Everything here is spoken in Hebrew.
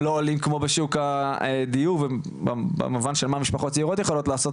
לא עולים כמו בשוק הדיור ובמובן של מה משפחות צעירות יכולות לעשות,